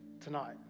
tonight